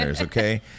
okay